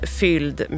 fylld